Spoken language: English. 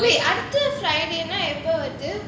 wait அடுத்த:adutha friday னா எப்போ வருது:naa eppo varuthu